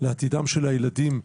לעתידם של הילדים,